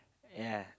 ya